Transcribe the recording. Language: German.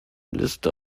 liste